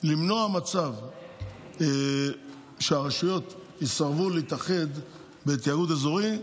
למנוע מצב שהרשויות יסרבו להתאחד בתיאגוד אזורי,